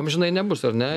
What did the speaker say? amžinai nebus ar ne